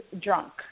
drunk